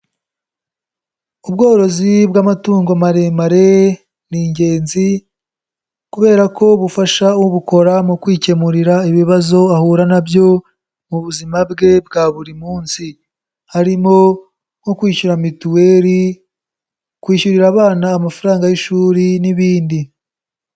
Ubworozi bw'amatungo maremare ni ingenzi kubera ko bufasha ubukora mu kwikemurira ibibazo ahura na byo mu buzima bwe bwa buri munsi, harimo nko kwishyura mituweri, kwishyurira abana amafaranga y'ishuri n'ibindi.